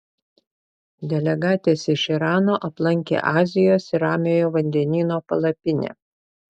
delegatės iš irano aplankė azijos ir ramiojo vandenyno palapinę